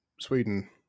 Sweden